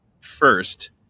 first